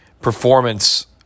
performance